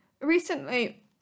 Recently